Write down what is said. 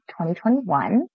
2021